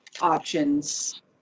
options